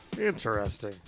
Interesting